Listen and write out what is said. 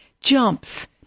jumps